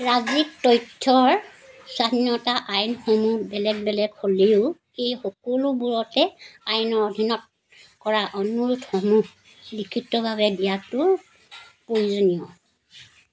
ৰাজ্যিক তথ্যৰ স্বাধীনতা আইনসমূহ বেলেগ বেলেগ হ'লেও এই সকলোবোৰতে আইনৰ অধীনত কৰা অনুৰোধসমূহ লিখিতভাৱে দিয়াটো প্ৰয়োজনীয়